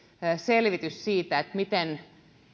selvitys siitä